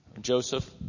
Joseph